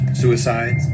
suicides